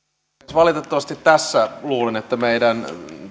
valitettavasti luulen että tässä meidän